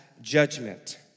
judgment